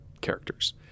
characters